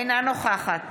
אינה נוכחת